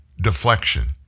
deflection